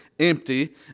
empty